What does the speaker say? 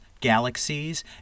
galaxies